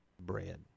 Bread